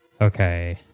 Okay